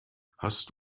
hast